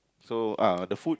so ah the food